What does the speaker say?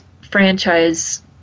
franchise